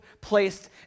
placed